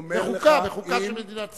בחוקה של מדינת ישראל?